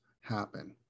happen